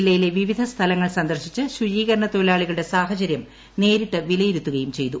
ജില്ലയിലെ വിവിധ സ്ഥലങ്ങൾ സന്ദർശിച്ച് ശുചീകരണ തൊഴിലാളികളുടെ സാഹചരൃം നേരിട്ട് വിലയിരുത്തുകയും ചെയ്തു